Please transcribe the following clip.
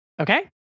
Okay